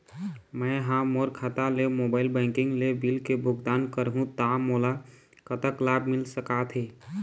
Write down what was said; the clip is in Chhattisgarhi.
मैं हा मोर खाता ले मोबाइल बैंकिंग ले बिल के भुगतान करहूं ता मोला कतक लाभ मिल सका थे?